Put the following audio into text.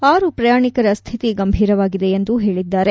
ಆರು ಪ್ರಯಾಣಿಕರ ಸ್ಥಿತಿ ಗಂಭೀರವಾಗಿದೆ ಎಂದು ಹೇಳಿದ್ದಾರೆ